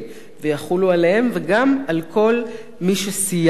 ויחולו עליהם וגם על כל מי שסייע להם,